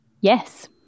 Yes